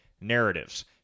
narratives